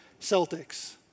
Celtics